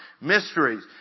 mysteries